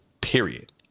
period